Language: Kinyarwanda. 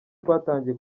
twatangiye